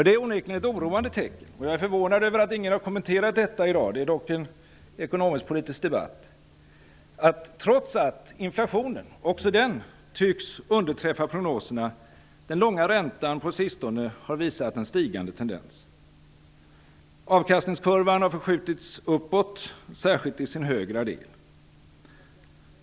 Det är onekligen ett oroande tecken att -- trots att inflationen också den tycks underträffa prognoserna -- den långa räntan på sistone har visat en stigande tendens. Jag är förvånad över att ingen har kommenterat detta i dag. Det är dock en ekonomisk-politisk debatt. Avkastningskurvan har förskjutits uppåt, särskilt i sin högra del.